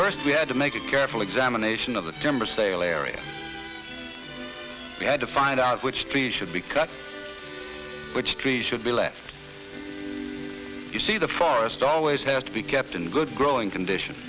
first we had to make a careful examination of the timber sale area we had to find out which tree should be cut which trees should be left you see the forest always has to be kept in good growing condition